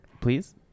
please